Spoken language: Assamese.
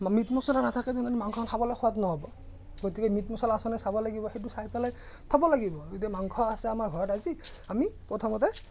মিট মছলা নাথাকে তেনেহ'লে মাংস খাবলৈ সোৱাদ নহ'ব গতিকে মিট মছলা আছেনে চাব লাগিব সেইটো চাই পেলাই থ'ব লাগিব যে মাংস আছে আমাৰ ঘৰত আজি আমি প্ৰথমতে